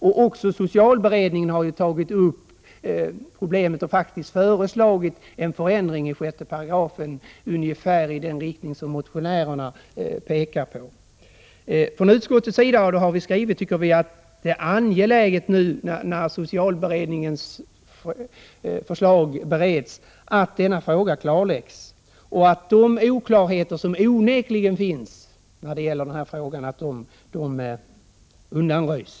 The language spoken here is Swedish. Också socialberedningen har behandlat problemet och faktiskt föreslagit en förändring av 6 § socialtjänstlagen i ungefär den riktning som motionärerna önskar. Utskottet uttalar att det är angeläget att denna fråga klarläggs i socialberedningen och att de oklarheter som onekligen finns undanröjs.